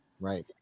Right